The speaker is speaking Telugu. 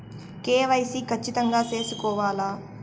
కె.వై.సి ఖచ్చితంగా సేసుకోవాలా